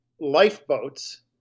lifeboats